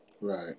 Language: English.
Right